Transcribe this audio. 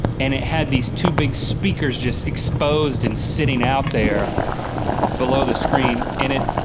and it had these two big speakers just exposed and sitting out there below the screen, and it,